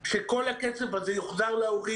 שכל הכסף הזה יוחזר להורים.